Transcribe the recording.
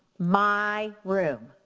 my room.